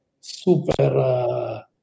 super